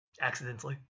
Accidentally